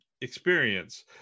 experience